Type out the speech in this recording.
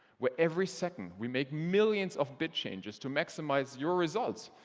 where every second, we make millions of bid changes to maximize your results,